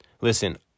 Listen